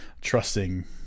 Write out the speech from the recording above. trusting